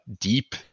deep